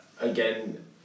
again